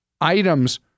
items